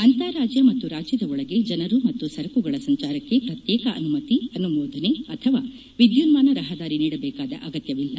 ಅಂತಾರಾಜ್ಯ ಮತ್ತು ರಾಜ್ಯದ ಒಳಗೆ ಜನರು ಮತ್ತು ಸರಕುಗಳ ಸಂಚಾರಕ್ಕೆ ಪ್ರತ್ಯೇಕ ಅನುಮತಿ ಅನುಮೋದನೆ ಅಥವಾ ವಿದ್ಯುನ್ಮಾನ ರಹದಾರಿ ನೀಡಬೇಕಾದ ಅಗತ್ಯವಿಲ್ಲ